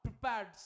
prepared